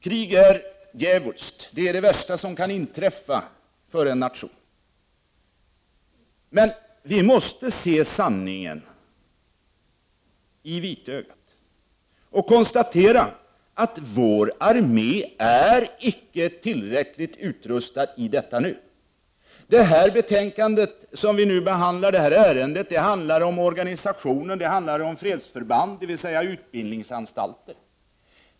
Krig är djävulskt. Det är det värsta som kan inträffa för en nation. Vi måste nu se sanningen i vitögat och konstatera att vår armé icke är tillräckligt utrustad i nuläget. Det ärende som vi nu behandlar gäller fredsorganisationen — det handlar om fredsförband, dvs. utbildningsanstalter.